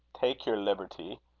take your liberty.